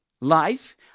Life